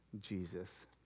Jesus